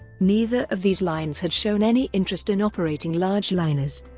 neither of these lines had shown any interest in operating large liners.